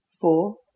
four